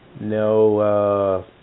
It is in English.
No